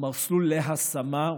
מסלול להשמה.